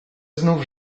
znów